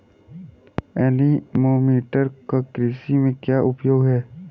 Anemometer का कृषि में क्या उपयोग है?